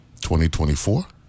2024